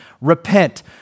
Repent